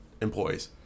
employees